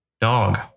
dog